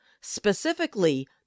specifically